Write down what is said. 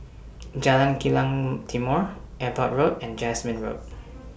Jalan Kilang Timor Airport Road and Jasmine Road